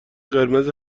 قرمز